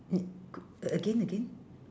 n~ c~ uh again again